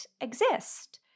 exist